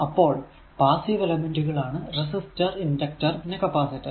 അപ്പോൾ പാസ്സീവ് എലെമെന്റുകൾ ആണ് റെസിസ്റ്റർ ഇണ്ടക്ടർ പിന്നെ കപ്പാസിറ്റർ